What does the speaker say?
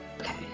Okay